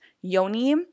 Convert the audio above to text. yoni